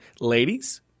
ladies